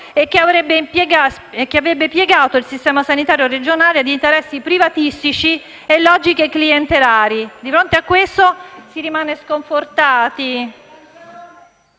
e che avrebbe piegato il Sistema sanitario regionale a interessi privatistici e a logiche clientelari. Di fronte a questo si rimane sconfortati.